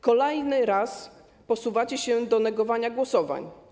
Kolejny raz posuwacie się do negowania głosowań.